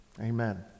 Amen